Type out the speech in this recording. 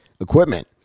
equipment